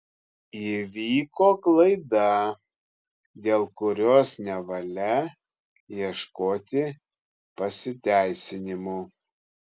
įvyko klaida dėl kurios nevalia ieškoti pasiteisinimų